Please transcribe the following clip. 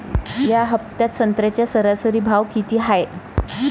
या हफ्त्यात संत्र्याचा सरासरी भाव किती हाये?